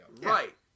Right